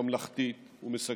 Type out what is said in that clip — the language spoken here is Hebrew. ממלכתית ומשגשגת.